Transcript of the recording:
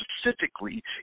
specifically